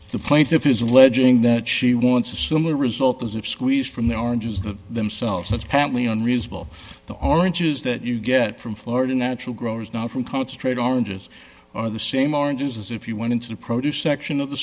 the plaintiff is alleging that she wants a similar result as if squeezed from the oranges that themselves apparently unreasonable the oranges that you get from florida natural growers not from concentrate oranges are the same oranges as if you went into the produce section of the